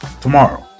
tomorrow